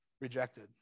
rejected